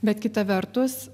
bet kita vertus